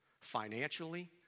financially